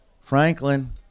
Franklin